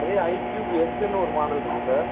அதே ஐக்யூப்எஸ்ன்னு ஒரு மாடல் இருக்குது சார்